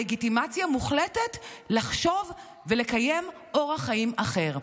לגיטימציה מוחלטת לחשוב ולקיים אורח חיים אחר.